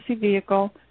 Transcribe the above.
vehicle